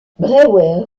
brewer